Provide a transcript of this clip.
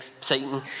Satan